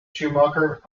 schumacher